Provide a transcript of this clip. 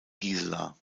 gisela